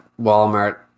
Walmart